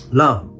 love